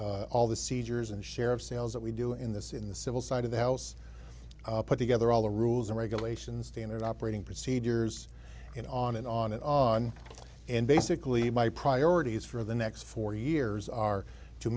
all the seizures and share of sales that we do in this in the civil side of the house put together all the rules and regulations standard operating procedures and on and on and on and basically my priorities for the next four years are to